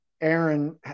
Aaron